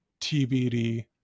TBD